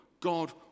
God